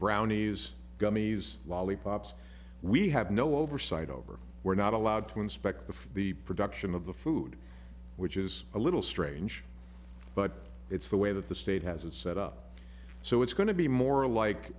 brownies gummies lollipops we have no oversight over we're not allowed to inspect the for the production of the food which is a little strange but it's the way that the state has it set up so it's going to be more like